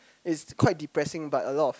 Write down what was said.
it's quite depressing but a lot of